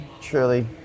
truly